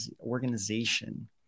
organization